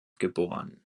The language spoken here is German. geboren